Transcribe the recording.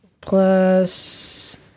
plus